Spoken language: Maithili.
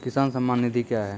किसान सम्मान निधि क्या हैं?